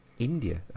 India